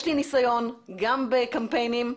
יש לי ניסיון גם בקמפיינים,